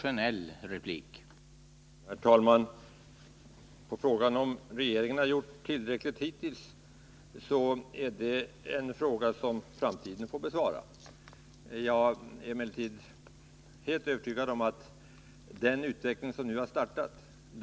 Herr talman! Frågan om regeringen har gjort tillräckligt hittills är en fråga som framtiden får besvara. Jag är emellertid helt övertygad om att den utveckling som nu har startat kommer att fortsätta.